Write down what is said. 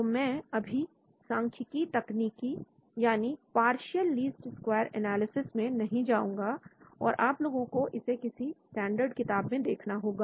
तो मैं अभी सांख्यकीय तकनीक यानी पार्शियल लीस्ट स्क्वायर एनालिसिस में नहीं जाऊंगा और आप लोगों को इसे किसी स्टैंडर्ड किताब में देखना होगा